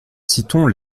citons